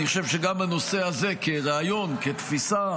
אני חושב שגם הנושא הזה, כרעיון, כתפיסה,